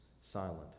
silent